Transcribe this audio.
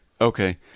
Okay